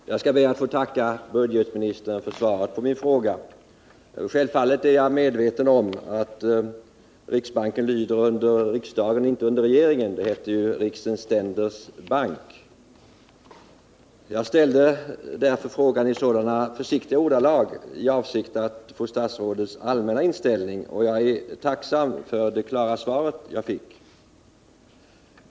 Herr talman! Jag ber att få tacka budgetoch ekonomiministern för svaret på min fråga. Självfallet är jag medveten om att riksbanken lyder under riksdagen och inte under regeringen — det heter ju ”riksens ständers bank”. Därför ställde jag frågan i så försiktiga ordalag i avsikt att få höra statsrådets allmänna inställning, och jag är tacksam för det klara svar jag fick.